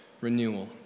renewal